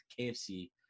KFC